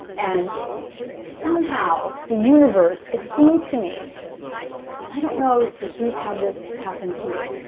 and somehow, the universe, it seems to me and i don't know if you've had this happen to you.